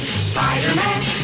Spider-Man